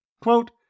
Quote